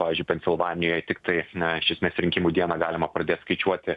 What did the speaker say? pavyzdžiui pensilvanijoj tiktai na iš esmės rinkimų dieną galima pradėt skaičiuoti